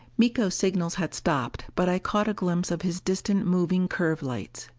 miko's signals had stopped, but i caught a glimpse of his distant moving curve lights.